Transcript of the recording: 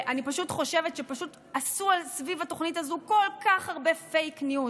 אני חושבת שעשו סביב התוכנית הזו כל כך הרבה פייק ניוז.